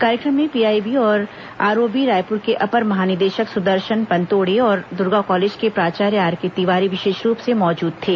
कार्यक्रम में पीआईबी और आरओबी रायपुर के अपर महानिदेशक सुदर्शन पनतोड़े और दुर्गा कॉलेज के प्राचार्य आरके तिवारी विशेष रूप से मौजूद थे